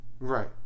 Right